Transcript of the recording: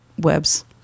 webs